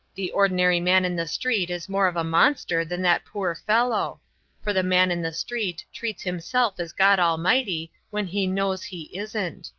the ordinary man in the street is more of a monster than that poor fellow for the man in the street treats himself as god almighty when he knows he isn't.